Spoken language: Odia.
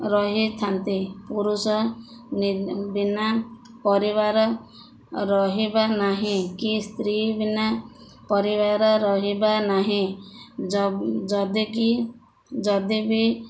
ରହିଥାନ୍ତି ପୁରୁଷ ବିନା ପରିବାର ରହିବା ନାହିଁ କି ସ୍ତ୍ରୀ ବିନା ପରିବାର ରହିବା ନାହିଁ ଯ ଯଦି କି ଯଦି ବି